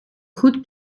goed